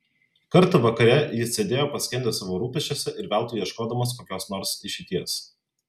kartą vakare jis sėdėjo paskendęs savo rūpesčiuose ir veltui ieškodamas kokios nors išeities